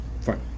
fine